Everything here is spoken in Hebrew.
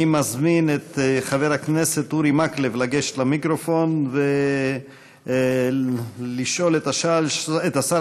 אני מזמין את חבר הכנסת אורי מקלב לגשת למיקרופון ולשאול את השר